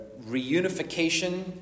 reunification